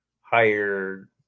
higher